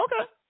Okay